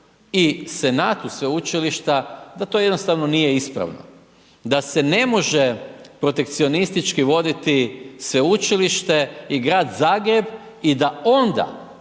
i senatu sveučilišta da to jednostavno nije ispravno, da se ne može protekcionistički voditi sveučilište i Grad Zagreb, i da onda